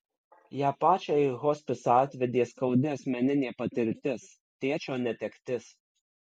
ją pačią į hospisą atvedė skaudi asmeninė patirtis tėčio netektis